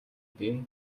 дээ